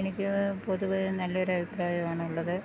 എനിക്കു പൊതുവേ നല്ലൊരു അഭിപ്രായമാണുള്ളത്